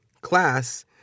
class